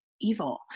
evil